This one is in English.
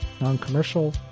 non-commercial